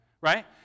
right